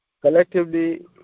collectively